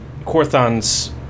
Corthon's